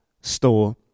store